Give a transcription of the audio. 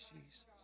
Jesus